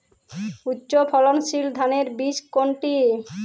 উচ্চ ফলনশীল ধানের বীজ কোনটি?